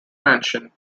mansion